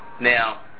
now